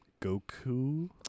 Goku